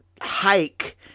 hike